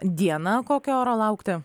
dieną kokio oro laukti